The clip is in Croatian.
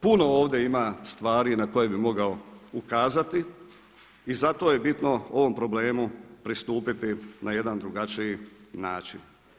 Puno ovdje ima stvari na koje bi mogao ukazati i zato je bitno ovom problemu pristupiti na jedan drugačiji način.